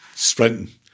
Sprinting